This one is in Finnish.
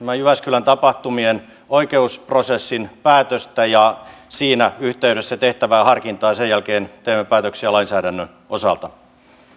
jyväskylän tapahtumien oikeusprosessin päätöstä ja siinä yhteydessä tehtävää harkintaa sen jälkeen teemme päätöksiä lainsäädännön osalta